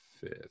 fifth